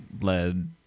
led